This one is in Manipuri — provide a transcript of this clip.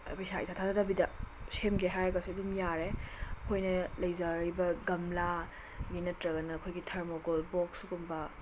ꯄꯩꯁꯥ ꯏꯊꯥ ꯊꯥꯗꯗꯕꯤꯗ ꯁꯦꯝꯒꯦ ꯍꯥꯏꯔꯒꯁꯨ ꯑꯗꯨꯝ ꯌꯥꯔꯦ ꯑꯩꯈꯣꯏꯅ ꯂꯩꯖꯔꯤꯕ ꯒꯝꯂꯥꯒꯤ ꯅꯠꯇ꯭ꯔꯒꯅ ꯊꯔꯃꯣꯀꯣꯜ ꯕꯣꯛꯁꯀꯨꯝꯕ